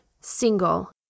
Single